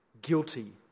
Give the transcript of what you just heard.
Guilty